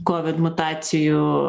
kovid mutacijų